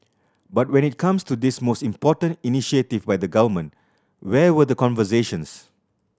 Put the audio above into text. but when it comes to this most important initiative by the Government where were the conversations